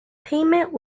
payment